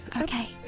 Okay